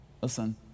Listen